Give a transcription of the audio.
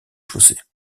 chaussées